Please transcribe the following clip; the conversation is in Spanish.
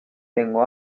tengo